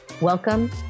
Welcome